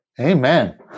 Amen